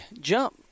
jump